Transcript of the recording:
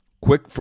Quick